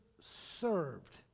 served